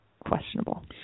Questionable